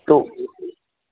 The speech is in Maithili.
तऽ